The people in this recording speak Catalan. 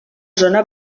zona